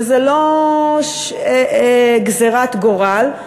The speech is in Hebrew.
וזה לא גזירת גורל,